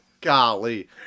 Golly